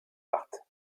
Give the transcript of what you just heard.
marthe